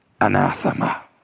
Anathema